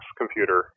computer